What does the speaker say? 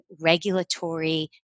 regulatory